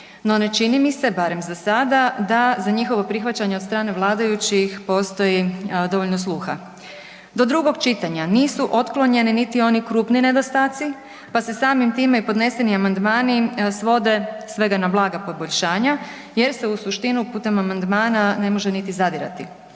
no ne čini mi barem za sada da za njihovo prihvaćanje od strane vladajućih postoji dovoljno sluha. Do drugog čitanja nisu otklonjeni niti oni krupni nedostaci pa se samim time i podneseni amandmani svode svega na blaga poboljšanja jer se u suštinu putem amandmana ne može niti zadirati.